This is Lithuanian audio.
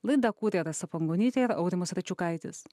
laidą kūrė rasa pangonytė ir audimas račiukaitis